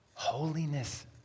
Holiness